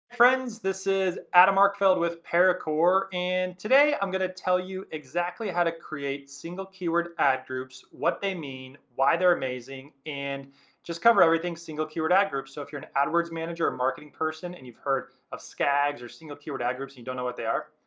friends, this is adam arkfeld with paracore. and today i'm gonna tell you exactly how to create single keyword ad groups. what they mean, why they're amazing, and just cover everything single keyword ad groups. so if you're an adwords manager or marketing person and you've heard of skags, or single keyword ad groups and you don't know what they are,